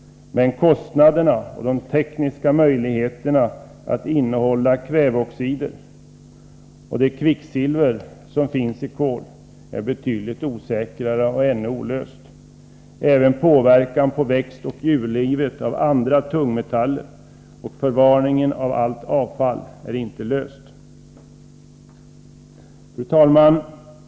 Men kostnaderna, och de tekniska möjligheterna att innehålla kväveoxider och det kvicksilver som finns i kol, är betydligt osäkrare och ännu olösta problem. Även påverkan på växtoch djurlivet av andra tungmetaller samt förvaringen av allt avfall är olösta problem. Fru talman!